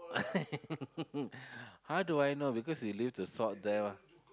how do I know because you leave the salt there mah